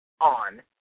on